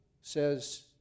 says